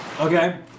Okay